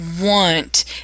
want